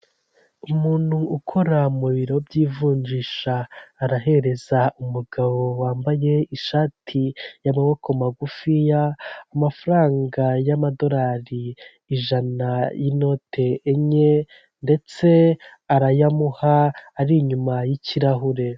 Umuntu ukora mu biro by'ivunjisha arahereza umugabo wambaye ishati y'amaboko magufiya amafaranga y'amadorari ijana y'inote enye ndetse arayamuha ari inyuma y'ikirahure.